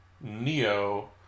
Neo